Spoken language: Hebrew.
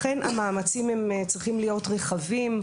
לכן המאמצים צריכים להיות רחבים,